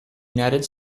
united